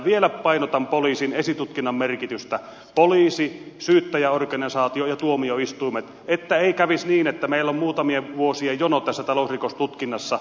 vielä painotan poliisin esitutkinnan merkitystä poliisi syyttäjäorganisaatio ja tuomioistuimet että ei kävisi niin että meillä on muutamien vuosien jono tässä talousrikostutkinnassa